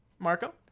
Marco